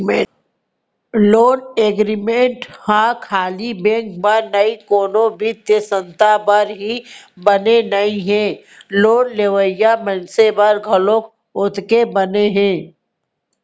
loan agreement ह खाली bank बर या कोनो बित्तीय संस्था बर ही बने नइ हे लोन लेवइया मनसे बर घलोक ओतके बने हे